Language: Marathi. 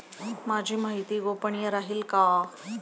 माझी माहिती गोपनीय राहील का?